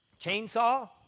Chainsaw